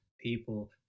people